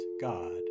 God